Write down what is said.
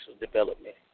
development